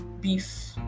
beef